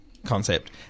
Concept